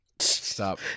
Stop